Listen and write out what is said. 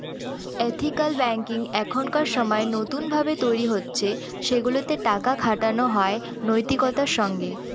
ethical banking এখনকার সময় নতুন ভাবে তৈরী হচ্ছে সেগুলাতে টাকা খাটানো হয় নৈতিকতার সঙ্গে